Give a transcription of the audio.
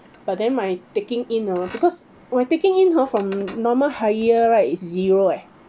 but then my taking in hor because where taking in hor from normal hire right is zero eh